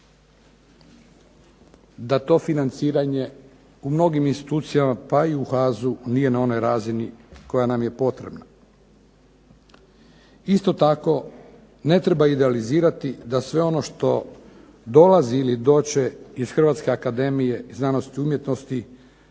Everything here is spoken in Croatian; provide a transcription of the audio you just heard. da to financiranje u mnogim institucijama pa i u HAZU nije na onoj razini koja nam je potrebna. Isto tako ne treba idealizirati da sve ono što dolazi ili doći će iz HAZU-a mora biti najbolje jer jednostavno